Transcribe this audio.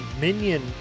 minion